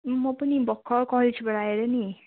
म पनि भर्खर कलेजबाट आएर नि